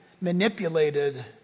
manipulated